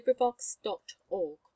LibriVox.org